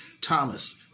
Thomas